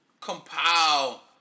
compile